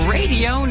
Radio